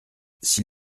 s’il